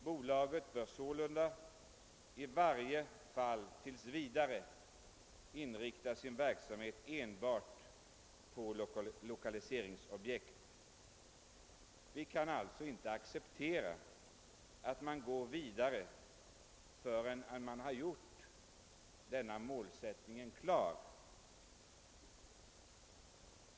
Bolaget bör sålunda i varje fall tills vidare inrikta sin verksamhet enbart på lokaliseringsobjekt.» Vi kan alltså inte acceptera att man går vidare förrän man har gjort denna målsättning klar.